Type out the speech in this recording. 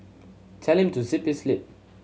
telling to zip his lip